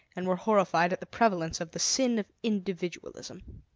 and were horrified at the prevalence of the sin of individualism.